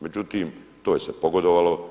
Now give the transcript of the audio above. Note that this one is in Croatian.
Međutim, to je se pogodovalo.